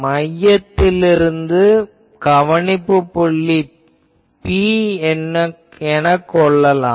மையத்திலிருந்து கவனிப்புப் புள்ளி P எனக் கொள்ளலாம்